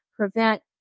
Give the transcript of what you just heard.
prevent